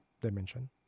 dimension